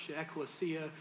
ecclesia